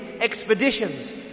expeditions